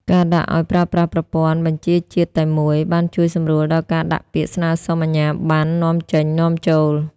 ការដាក់ឱ្យប្រើប្រាស់ប្រព័ន្ធ "បញ្ជរជាតិតែមួយ" បានជួយសម្រួលដល់ការដាក់ពាក្យស្នើសុំអាជ្ញាបណ្ណនាំចេញ-នាំចូល។